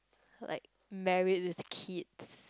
like married with kids